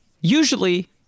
usually